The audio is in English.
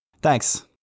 Thanks